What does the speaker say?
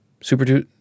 Super